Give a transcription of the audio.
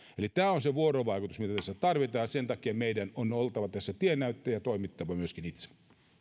eli tämä on se vuorovaikutus mitä tässä tarvitaan ja sen takia meidän on oltava tässä tiennäyttäjä ja toimittava myöskin itse